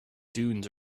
dunes